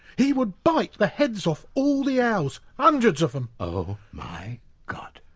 he would bite the heads off all the owls. hundreds of them. oh my god.